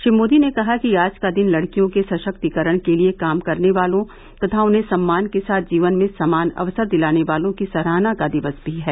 श्री मोदी ने कहा कि आज का दिन लडकियों के सशक्तिकरण के लिए काम करने वालों तथा उन्हें सम्मान के साथ जीवन में समान अवसर दिलाने वालों की सराहना का दिवस भी है